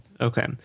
Okay